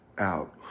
out